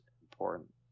important